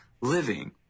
living